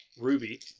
Ruby